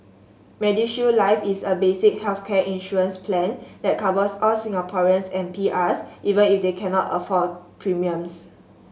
MediShield Life is a basic healthcare insurance plan that covers all Singaporeans and P R S even if they cannot afford premiums